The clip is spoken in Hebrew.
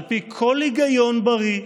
על פי כל היגיון בריא,